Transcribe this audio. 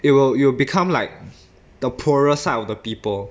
it will it will become like the poorer side of the people